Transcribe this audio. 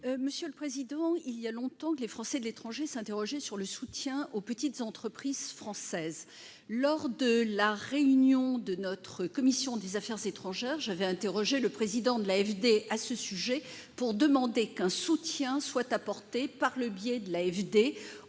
Garriaud-Maylam. Il y a longtemps que les Français de l'étranger s'interrogent sur le soutien aux petites entreprises françaises. Lors d'une réunion de la commission des affaires étrangères, j'avais interrogé le président de l'AFD à ce sujet et lui avais demandé qu'un soutien soit apporté par son agence aux